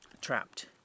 trapped